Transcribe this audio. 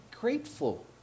grateful